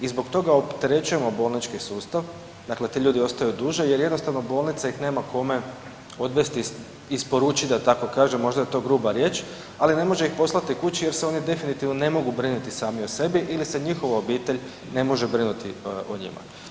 I zbog toga opterećujemo bolnički sustav, dakle ti ljudi ostaju dulje jer jednostavno bolnica ih nema kome odvesti, isporučiti da tako kažem možda je to gruba riječ, ali ne može ih poslati kući jer se oni definitivno ne mogu brinuti sami o sebi ili se njihova obitelj ne može brinuti o njima.